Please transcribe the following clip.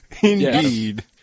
Indeed